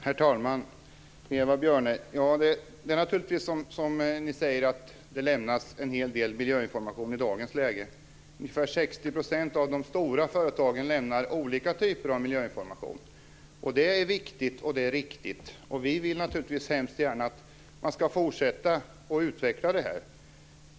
Herr talman! Det är naturligtvis som Eva Björne säger, att det lämnas en hel del miljöinformation i dagens läge. Ungefär 60 % av de stora företagen lämnar olika typer av miljöinformation. Det är viktigt och riktigt. Vi vill naturligtvis hemskt gärna att detta skall utvecklas även i fortsättningen.